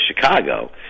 Chicago